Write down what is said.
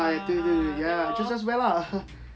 对喽就 just wear lah